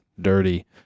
dirty